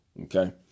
okay